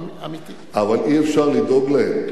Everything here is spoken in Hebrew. אבל אי-אפשר לדאוג להם